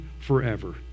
forever